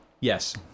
Yes